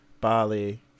Bali